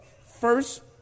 First